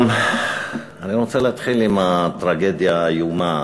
אני רוצה להתחיל עם הטרגדיה האיומה